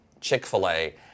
Chick-fil-A